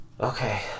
Okay